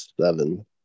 seven